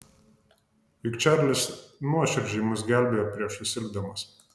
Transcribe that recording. juk čarlis nuoširdžiai mus gelbėjo prieš susirgdamas